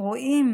אנחנו רואים